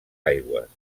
aigües